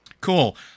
Cool